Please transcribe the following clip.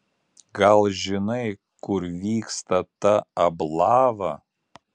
gal žinai kur vyksta ta ablava